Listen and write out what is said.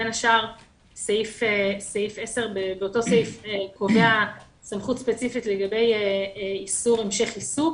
בין השאר סעיף (10) קובע סמכות ספציפית לגבי איסור המשך עיסוק